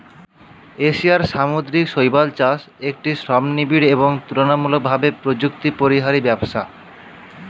এশিয়ার সামুদ্রিক শৈবাল চাষ একটি শ্রমনিবিড় এবং তুলনামূলকভাবে প্রযুক্তিপরিহারী ব্যবসা